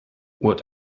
what